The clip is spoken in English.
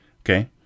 Okay